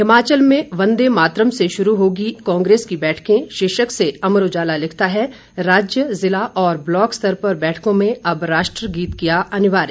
हिमाचल में वंदेमातरम से शुरू होंगी कांग्रेस की बैठकें शीर्षक से अमर उजाला लिखता है राज्य जिला और ब्लॉक स्तर पर बैठकों में अब राष्ट्रगीत किया अनिवार्य